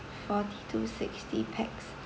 forty to sixty pax